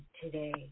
today